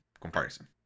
comparison